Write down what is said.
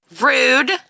Rude